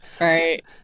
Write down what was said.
Right